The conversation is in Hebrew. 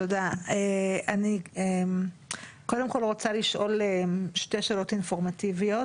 אני קודם כל רוצה לשאול שתי שאלות אינפורמטיביות